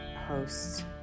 Hosts